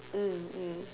mm mm